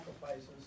sacrifices